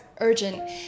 urgent